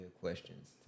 questions